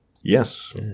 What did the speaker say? Yes